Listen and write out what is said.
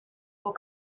will